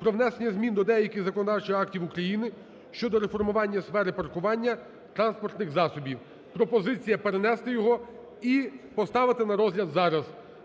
про внесення змін до деяких законодавчих актів України щодо реформування сфери паркування транспортних засобів. Пропозиція перенести його і поставити на розгляд зараз.